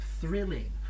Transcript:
thrilling